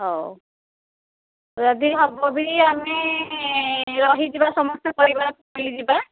ହଉ ଯଦି ହେବ ବି ଆମେ ରହିଯିବା ସମସ୍ତେ ପରିବାର ବୁଲିଯିବା